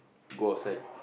go outside